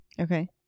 Okay